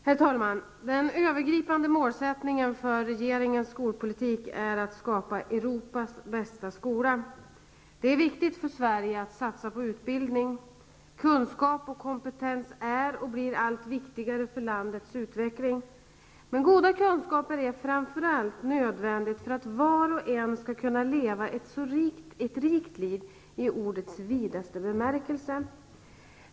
Herr talman! Den övergripande målsättningen för regeringens skolpolitik är att skapa Europas bästa skola. Det är viktigt för Sverige att satsa på utbildning. Kunskap och kompetens är och blir allt viktigare för landets utveckling, men goda kunskaper är framför allt nödvändiga för att var och en skall kunna leva ett rikt liv i ordets vidaste bemärkelse.